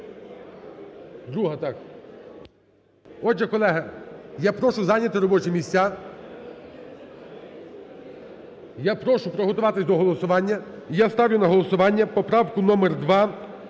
місця. Отже, колеги, я прошу зайняти робочі місця, я прошу приготуватись на голосування і я ставлю на голосування поправку номер 2